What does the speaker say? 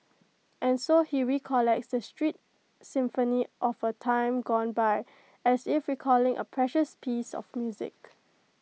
and so he recollects the street symphony of A time gone by as if recalling A precious piece of music